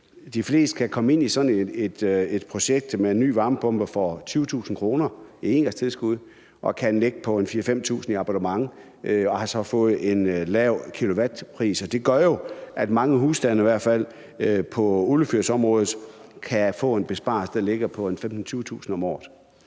de fleste kan komme ind i sådan et projekt med at få en ny varmepumpe for 20.000 kr. i engangsbetaling, og så ligger det på 4.000-5.000 kr. i abonnement og med en lav kilowattpris. Det gør jo, er mange husstande, som har oliefyr, kan få en besparelse, der ligger på 15.000-20.000 kr. om året.